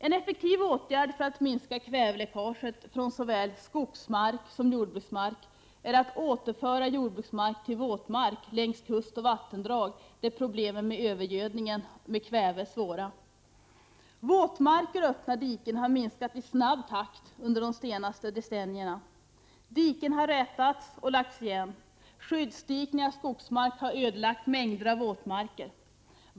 En effektiv åtgärd för att minska kväveläckaget från såväl skogsmark som jordbruksmark är att återföra jordbruksmark till våtmark längs kust och vattendrag, där problemen med övergödningen med kväve är svåra. Våtmarker och öppna diken har minskat i snabb takt under de senaste decennierna. Diken har rätats och lagts igen. Skyddsdikning av skogsmark har ödelagt mängder av våtmarker.